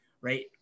right